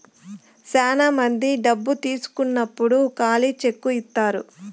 శ్యానా మంది డబ్బు తీసుకున్నప్పుడు ఖాళీ చెక్ ఇత్తారు